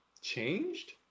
changed